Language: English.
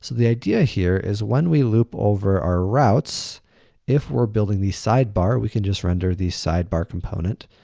the idea here is when we loop over our routes if we're building the sidebar we can just render the sidebar component.